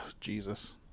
Jesus